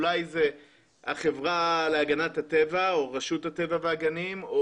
אולי החברה להגנת הטבע או רשות הטבע והגנים,